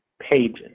pages